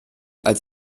als